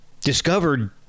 discovered